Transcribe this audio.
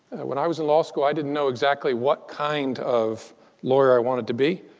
when i was in law school, i didn't know exactly what kind of lawyer i wanted to be.